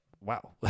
wow